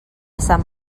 sant